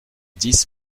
dix